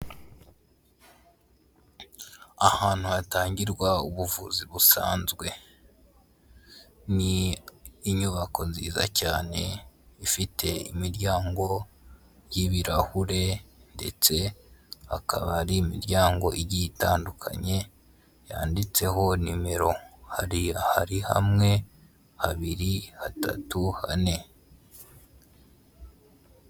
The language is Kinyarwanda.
Ahantu hatangirwa ubuvuzi busanzwe, ni inyubako nziza cyane ifite imiryango y'ibirahure ndetse akaba ari imiryango igiye itandukanye yanditseho nimero, hari ahari hamwe, habiri, hatatu, hane.